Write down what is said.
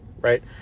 right